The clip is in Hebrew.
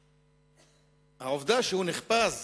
והעובדה שהוא נחפז